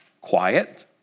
Quiet